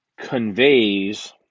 conveys